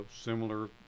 similar